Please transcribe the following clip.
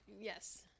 Yes